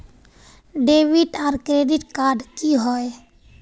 Debit आर credit card की होय?